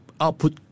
output